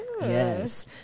Yes